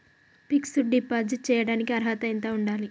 Fix డ్ deposit చేయటానికి అర్హత ఎంత ఉండాలి?